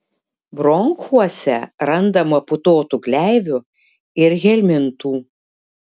bronchuose randama putotų gleivių ir helmintų